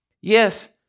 yes